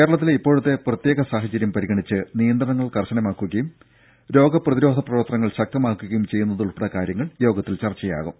കേരളത്തിലെ ഇപ്പോഴത്തെ പ്രത്യേക സാഹചര്യം പരിഗണിച്ച് നിയന്ത്രണങ്ങൾ കർശനമാക്കുകയും പ്രതിരോധ പ്രവർത്തനങ്ങൾ ശക്തമാക്കുകയും ചെയ്യുന്നതുൾപ്പെടെ കാര്യങ്ങൾ യോഗത്തിൽ ചർച്ചയാകും